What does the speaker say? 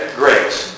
grace